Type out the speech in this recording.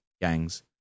gangs